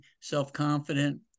self-confident